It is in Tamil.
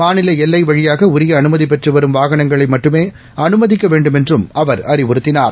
மாநிலஎல்லைவழியாகஉரியஅனுமதிபெற்றுவரும் வாகனங்களைமட்டுமேஅனுமதிக்கவேண்டுமென்றும் அவர் அறிவுறுத்தினார்